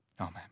Amen